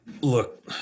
Look